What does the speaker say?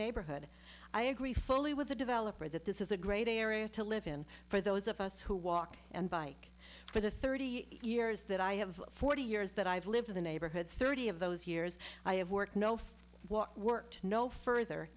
neighborhood i agree fully with the developer that this is a great area to live in for those of us who walk and bike for the thirty years that i have forty years that i've lived in the neighborhood thirty of those years i have worked no worked no further